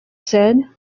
said